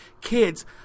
kids